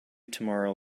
tomorrow